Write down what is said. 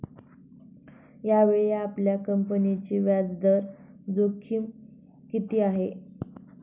यावेळी आपल्या कंपनीची व्याजदर जोखीम किती आहे?